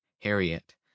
Harriet